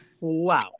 Wow